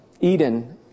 Eden